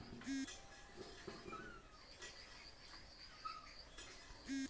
संपत्ति कर नागरिकेर द्वारे सरकारक दिबार एकता कर छिके